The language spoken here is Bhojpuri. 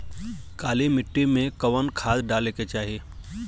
काली मिट्टी में कवन खाद डाले के चाही?